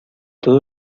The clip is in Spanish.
todo